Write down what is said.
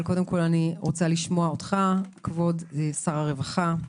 אבל קודם כל אני רוצה לשמוע אותך כבוד שר הרווחה,